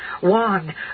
One